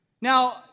Now